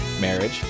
marriage